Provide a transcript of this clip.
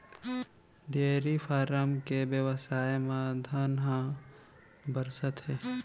dairy farm के बेवसाय म धन ह बरसत हे